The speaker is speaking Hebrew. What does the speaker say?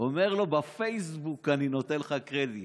הוא אומר לו: בפייסבוק אני נותן לך קרדיט.